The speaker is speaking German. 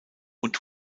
und